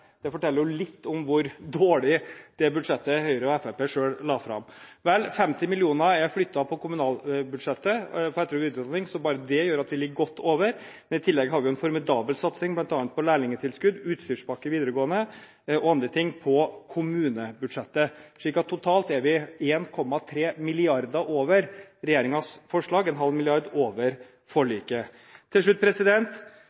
det forteller jo litt om hvor dårlig det budsjettet som Høyre og Fremskrittspartiet selv la fram, var. Vel, 50 mill. kr er flyttet på kommunalbudsjettet når det gjelder etter- og videreutdanning, så bare det gjør at vi ligger godt over. I tillegg har vi en formidabel satsing på bl.a. lærlingtilskudd, utstyrspakke for videregående og andre ting – på kommunebudsjettet – så totalt ligger vi 1,3 mrd. kr over regjeringens forslag, og 0,5 mrd. kr over